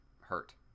hurt